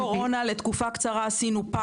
הקורונה עשינו פיילוט לתקופה קצרה.